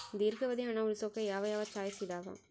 ದೇರ್ಘಾವಧಿ ಹಣ ಉಳಿಸೋಕೆ ಯಾವ ಯಾವ ಚಾಯ್ಸ್ ಇದಾವ?